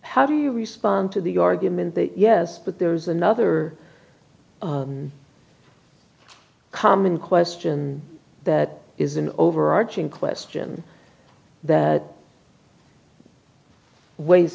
how do you respond to the argument that yes but there's another common question that is an overarching question that weighs